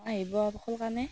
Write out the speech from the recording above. আহিব আৰু সোনকালে